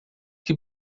que